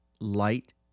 light